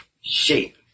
shape